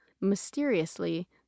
Mysteriously